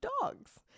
dogs